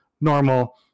normal